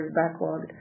backlog